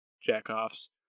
jack-offs